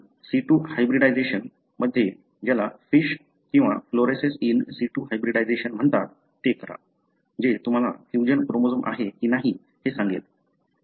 आणि सिटू हायब्रिडायझेशनमध्ये ज्याला FISH किंवा फ्लूरोसेन्स इन सिटू हायब्रिडायजेशन म्हणतात ते करा जे तुम्हाला फ्यूजन क्रोमोझोम आहे की नाही हे सांगेल